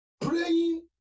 praying